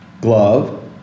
Glove